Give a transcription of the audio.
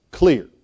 Clear